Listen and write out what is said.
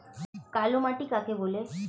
কালোমাটি কাকে বলে?